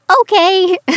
okay